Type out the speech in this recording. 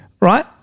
right